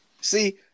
See